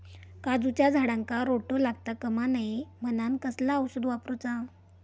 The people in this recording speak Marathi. काजूच्या झाडांका रोटो लागता कमा नये म्हनान कसला औषध वापरूचा?